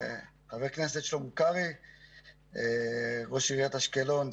חבר הכנסת שלמה קרעי, ראש עיריית אשקלון,